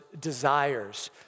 desires